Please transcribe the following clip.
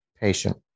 patient-